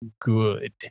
good